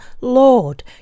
Lord